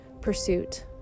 pursuit